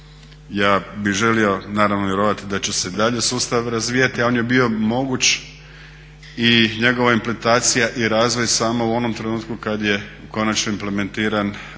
Ja bih želio naravno vjerovati da će se i dalje sustav razvijati a on je bio moguć i njegova implementacija i razvoj samo u onom trenutku kada je u konačno implementiran